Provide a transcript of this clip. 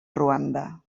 ruanda